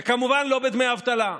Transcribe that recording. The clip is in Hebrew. וכמובן לא בדמי אבטלה.